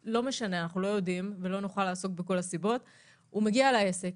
לא יודעים הוא מגיע לעסק.